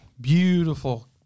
beautiful